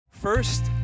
First